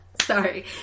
Sorry